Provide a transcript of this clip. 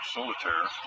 Solitaire